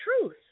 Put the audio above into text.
truth